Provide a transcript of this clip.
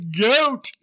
GOAT